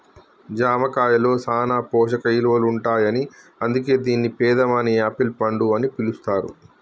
జామ కాయలో సాన పోషక ఇలువలుంటాయని అందుకే దీన్ని పేదవాని యాపిల్ పండు అని పిలుస్తారు